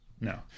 no